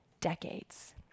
decades